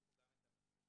הוסיפו גם את המזרקים.